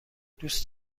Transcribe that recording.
دوست